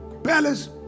Palace